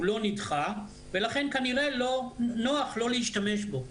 הוא לא נדחה ולכן כנראה להם נוח לא להשתמש בו.